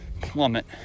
Plummet